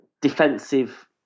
defensive